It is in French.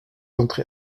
entrer